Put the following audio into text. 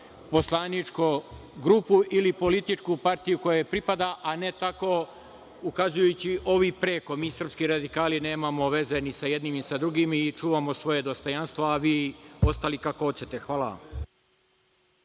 poslaničku grupu ili političku partiju kojoj pripada, a ne tako, kazujući – ovi preko. Mi srpski radikali nemamo veze ni sa jednima ni sa drugima, mi čuvamo svoje dostojanstvo, a vi ostali kako hoćete. Hvala